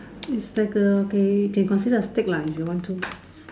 is like a okay can consider a stick lah if you want to